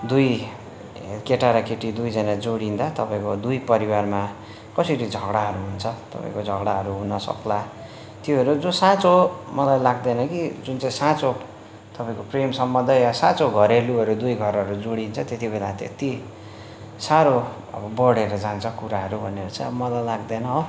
दुई केटा र केटी दुईजना जोडिँदा तपाईँको दुई परिवारमा कसरी झगडाहरू हुन्छ तपाईँको झगडाहरू हुन सक्ला त्योहरू जो साचोँ मलाई लाग्दैन कि जुन चाहिँ साचोँ तपाईँको प्रेम सम्बन्ध या साचोँ घरेलुहरू दुई घरहरू जेडिन्छ त्यति बेला त्यति साह्रो बढेर जान्छ कुराहरू भन्छ मलाई लाग्दैन हो